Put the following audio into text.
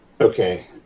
Okay